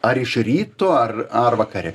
ar iš ryto ar ar vakare